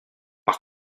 par